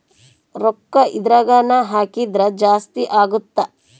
ರೂಕ್ಕ ಎದ್ರಗನ ಹಾಕಿದ್ರ ಜಾಸ್ತಿ ಅಗುತ್ತ